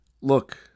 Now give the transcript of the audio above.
look